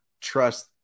trust